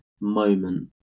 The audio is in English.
moment